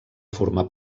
formar